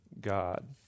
God